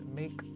make